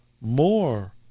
more